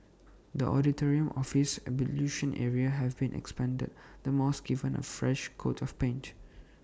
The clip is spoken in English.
the auditorium office and ablution area have been expanded and the mosque given A fresh coat of paint